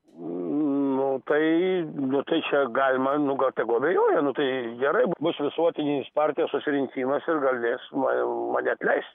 nu tai nu tai čia galima nu gal tegu abejoja nu tai gerai bus visuotinis partijos susirinkimas ir galės ma mane atleist